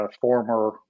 Former